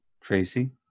Tracy